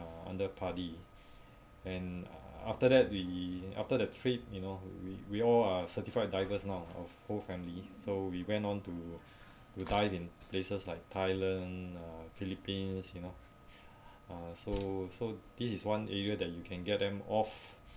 under padi and after that we after the trip you know we we all are certified divers now of whole family so we went on to do dive in places like thailand uh philippines you know uh so so this is one area that you can get them off